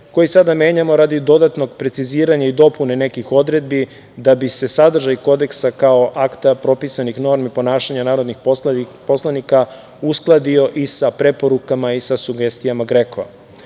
koji sada menjamo radi dodatnog preciziranja i dopune nekih odredbi da bi se sadržaj Kodeksa, kao akta propisanih normi ponašanja narodnih poslanika, uskladio i sa preporukama i sa sugestijama GREKO.U